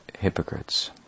hypocrites